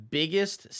biggest